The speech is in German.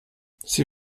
sie